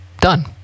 Done